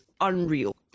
unreal